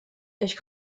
ich